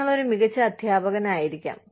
നിങ്ങൾ ഒരു മികച്ച അധ്യാപകനായിരിക്കാം